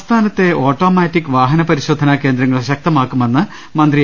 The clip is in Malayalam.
സംസ്ഥാനത്തെ ഓട്ടോമാറ്റിക് വാഹന പരിശോധനാ കേന്ദ്രങ്ങൾ ശക്തമാക്കു മെന്ന് മന്ത്രി എ